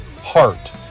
Heart